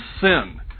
sin